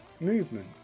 movement